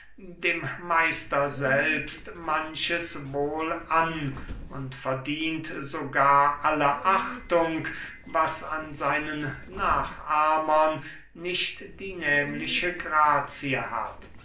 dem meister selbst manches wohl an und verdient sogar alle achtung was an seinen nachahmern nicht die nehmliche grazie hat